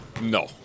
No